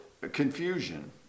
confusion